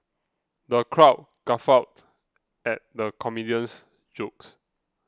the crowd guffawed at the comedian's jokes